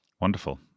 Wonderful